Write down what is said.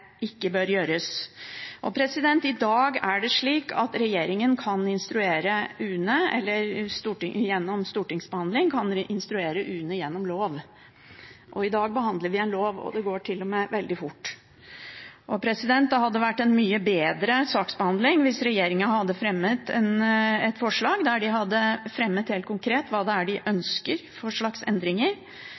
det slik at regjeringen gjennom stortingsbehandling kan instruere UNE gjennom lov. I dag behandler vi en lov, og det går til og med veldig fort. Det hadde vært en mye bedre saksbehandling hvis regjeringen hadde fremmet et forslag om hva de helt konkret ønsker for slags endringer, og at vi kunne hatt en lovbehandling av det, sånn at vi hadde hatt en sikkerhet for hva det er